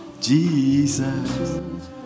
Jesus